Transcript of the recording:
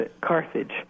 Carthage